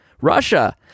Russia